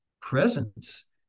presence